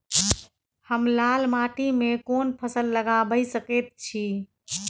हम लाल माटी में कोन फसल लगाबै सकेत छी?